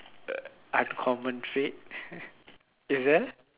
uh uncommon trait is it